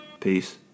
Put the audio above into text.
Peace